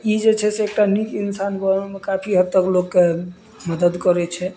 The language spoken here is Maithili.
ई जे छै से एकटा नीक इंसान गाँवमे काफी हद तक लोकके मदद करै छै